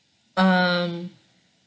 um